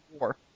war